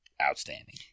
outstanding